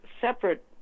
separate